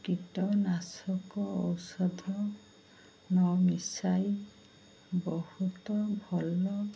କୀଟନାଶକ ଔଷଧ ନ ମିଶାଇ ବହୁତ ଭଲ